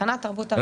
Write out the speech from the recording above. בתקנת תרבות ערבית,